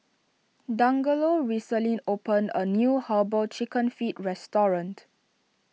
Dangelo recently opened a new Herbal Chicken Feet Restaurant